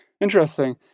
Interesting